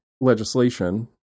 legislation